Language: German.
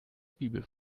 bibel